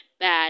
Bad